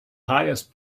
highest